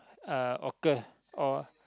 uh occur or